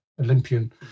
Olympian